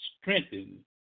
strengthened